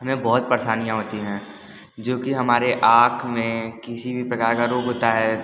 हमें बहुत परशानियाँ होती हैं जो कि हमारे आँख में किसी भी प्रकार का रोग होता है